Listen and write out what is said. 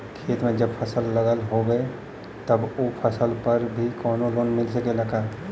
खेत में जब फसल लगल होले तब ओ फसल पर भी कौनो लोन मिलेला का?